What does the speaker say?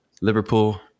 Liverpool